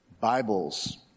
Bibles